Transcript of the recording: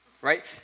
Right